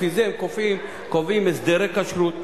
לפי זה הם קובעים הסדרי כשרות.